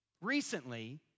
recently